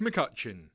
McCutcheon